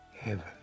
heaven